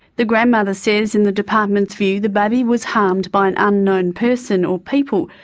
the grandmother says in the department's view, the baby was harmed by an unknown person or people,